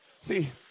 See